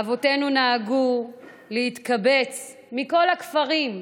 אבותינו נהגו להתקבץ מכל הכפרים.